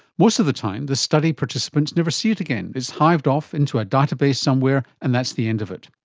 most of the time the study participants never see it again, it's hived off into a database somewhere and that's the end of it.